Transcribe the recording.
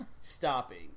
stopping